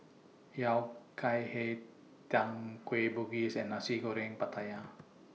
Yao Cai Hei Tang Kueh Bugis and Nasi Goreng Pattaya